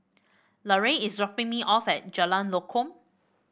Larae is dropping me off at Jalan Lokam